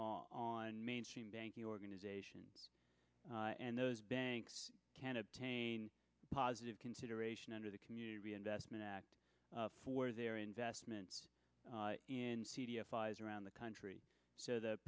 on mainstream banking organizations and those banks can obtain positive consideration under the community reinvestment act for their investments in around the country so the